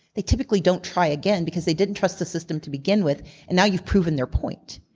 they typically don't try again because they didn't trust the system to begin with and now you've proven their point.